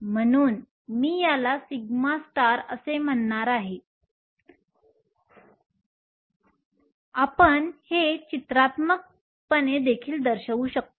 म्हणून मी याला σअसे म्हणणार आहे आम्ही हे चित्रात्मकपणे देखील दर्शवू शकतो